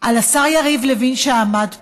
על השר יריב לוין, שעמד פה,